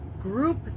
Group